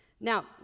Now